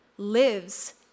lives